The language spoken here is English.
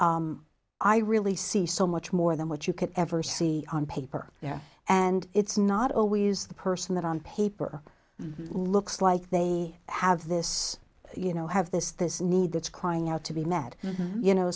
i really see so much more than what you could ever see on paper there and it's not always the person that on paper looks like they have this you know have this this need that's crying out to be mad you know